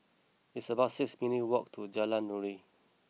it's about six minutes' walk to Jalan Nuri